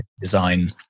design